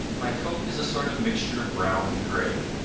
my coat is a sort of mixture of brown and gray,